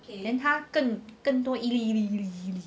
then 他更更多一粒一粒一粒